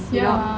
ya